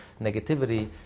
negativity